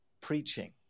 preaching